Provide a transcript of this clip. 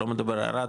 לא מדובר על ערד,